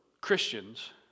Christians